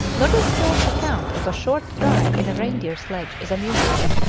nordenskiold's account of a short drive in a reindeer sledge is amusing.